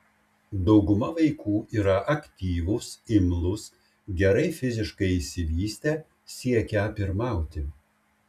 dauguma vaikų yra aktyvūs imlūs gerai fiziškai išsivystę siekią pirmauti